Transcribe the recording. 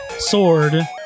sword